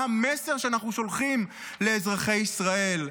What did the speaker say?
מה המסר שאנחנו שולחים לאזרחי ישראל?